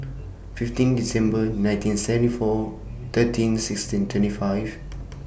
fifteen December nineteen seventy four thirteen sixteen twenty five